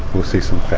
we'll see some fat,